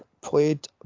played